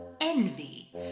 envy